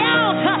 out